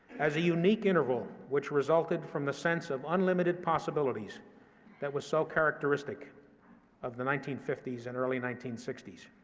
as a unique interval which resulted from the sense of unlimited possibilities that was so characteristic of the nineteen fifty s and early nineteen sixty s.